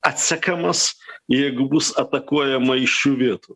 atsekamas jeigu bus atakuojama iš šių vietų